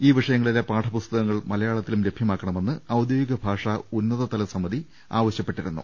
ഈ വിഷയങ്ങളിലെ പാഠപുസ്തകങ്ങൾ മലയാളത്തിലും ലഭ്യ മാക്കണമെന്ന് ഔദ്യോഗിക ഭാഷാ ഉന്നതതല സമിതി ആവശ്യപ്പെട്ടി രുന്നു